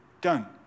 done